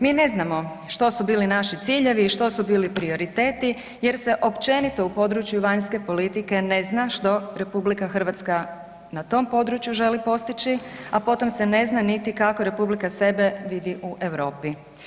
Mi ne znamo što bili naši ciljevi i što su bili prioriteti jer se općenito u području vanjske politike ne zna što RH na tom području želi postići, a potom se ne zna niti kako republika sebe viti u Europi.